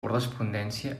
correspondència